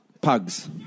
Pugs